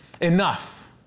enough